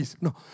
No